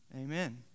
Amen